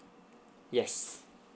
yes